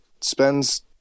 spends